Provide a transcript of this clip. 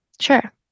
Sure